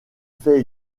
fait